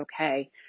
okay